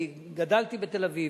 אני גדלתי בתל-אביב,